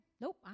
Nope